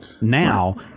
now